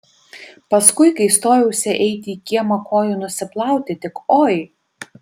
paskui kai stojausi eiti į kiemą kojų nusiplauti tik oi